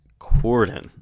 Corden